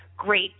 great